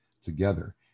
together